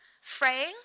fraying